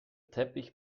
teppich